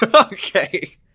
Okay